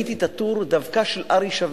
כשראיתי את הטור, דווקא של ארי שביט.